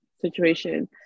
situation